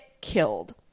killed